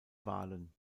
wahlen